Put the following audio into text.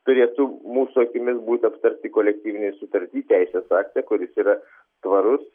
turėtų mūsų akimis būt aptarti kolektyvinėj sutarty teisės akte kuris yra tvarus